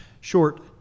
short